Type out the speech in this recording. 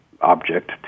object